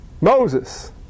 Moses